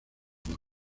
como